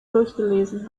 durchgelesen